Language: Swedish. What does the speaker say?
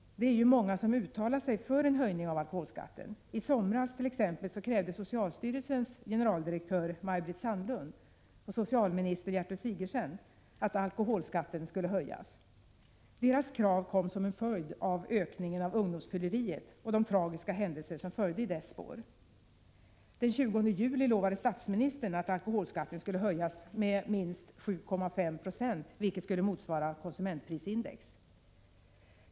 Det är många som uttalat sig för en höjning av alkoholskatten. I somras krävde socialstyrelsens generaldirektör Maj-Britt Sandlund och socialminister Gertrud Sigurdsen att alkoholskatten skulle höjas. Deras krav kom som en följd av ökningen av ungdomsfylleriet och de tragiska händelser som följde i dess spår. Den 20 juli lovade statsministern att alkoholskatten skulle höjas med minst 7,5 Yo, vilket skulle motsvara konsumentprisindex.